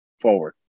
forward